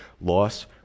loss